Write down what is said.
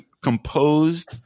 composed